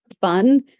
fun